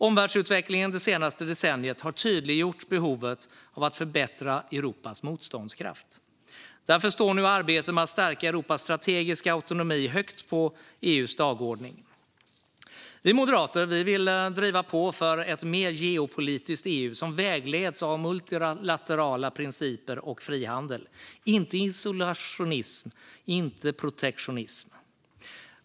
Omvärldsutvecklingen det senaste decenniet har tydliggjort behovet av att förbättra Europas motståndskraft. Därför står nu arbetet med att stärka Europas strategiska autonomi högt på EU:s dagordning. Vi moderater vill driva på för ett mer geopolitiskt EU som vägleds av multilaterala principer och frihandel, inte isolationism och inte protektionism.